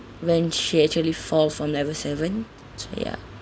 when she actually fall from level seven so ya